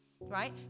right